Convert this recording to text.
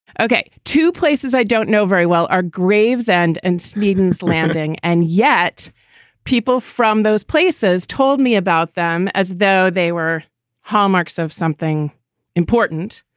okay. two places i don't know very well. graves and and swedens landing. and yet people from those places told me about them as though they were hallmarks of something important.